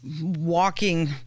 Walking